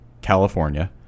California